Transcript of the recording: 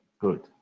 good